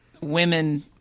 women